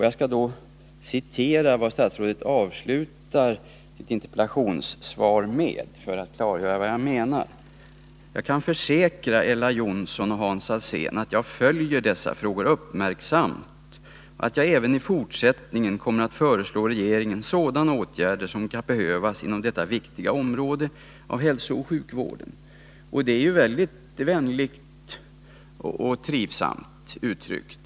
Jag skall citera vad statsrådet avslutar interpellationssvaret med för att klargöra vad jag menar: ”Jag kan försäkra Ella Johnsson och Hans Alsén att jag följer dessa frågor uppmärksamt och att jag även i fortsättningen kommer att föreslå regeringen sådana åtgärder som kan behövas inom detta viktiga område av hälsooch sjukvården.” Detta är ju mycket vänligt och trivsamt uttryckt.